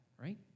right